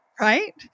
right